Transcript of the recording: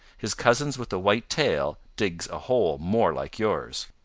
his cousins with the white tail digs a hole more like yours.